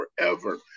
forever